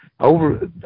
Over